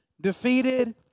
defeated